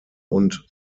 und